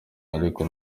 ariko